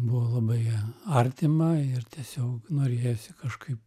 buvo labai artima ir tiesiog norėjosi kažkaip